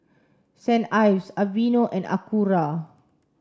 Saint Ives Aveeno and Acura